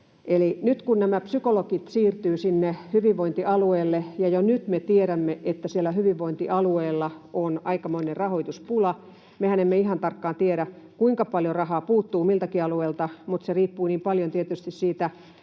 nyt nämä psykologit siirtyvät sinne hyvinvointialueelle, ja jo nyt me tiedämme, että siellä hyvinvointialueella on aikamoinen rahoituspula. Mehän emme ihan tarkkaan tiedä, kuinka paljon rahaa puuttuu miltäkin alueelta. Se riippuu niin paljon tietysti